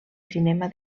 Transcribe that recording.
cinema